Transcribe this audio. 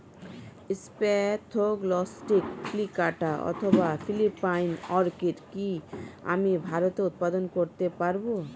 Spathoglottis plicata অথবা Philippine orchid কি আমি ভারতে উৎপাদন করতে পারবো?